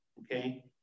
Okay